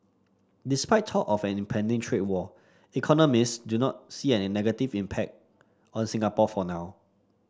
despite talk of an impending trade war economist do not see an negative impact on Singapore for now